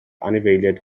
anifeiliaid